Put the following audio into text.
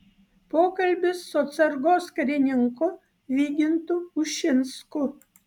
pokalbis su atsargos karininku vygintu ušinsku